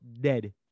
dead